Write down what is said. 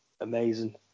amazing